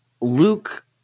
Luke